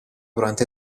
durante